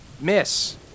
miss